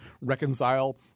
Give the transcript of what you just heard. reconcile